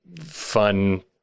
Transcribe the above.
fun